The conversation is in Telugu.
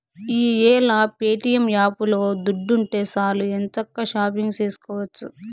ఈ యేల ప్యేటియం యాపులో దుడ్డుంటే సాలు ఎంచక్కా షాపింగు సేసుకోవచ్చు